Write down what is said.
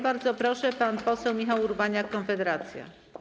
Bardzo proszę, pan poseł Michał Urbaniak, Konfederacja.